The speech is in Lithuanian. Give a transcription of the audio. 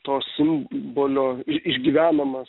to simbolio ir išgyvenamas